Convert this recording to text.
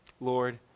Lord